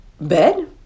bed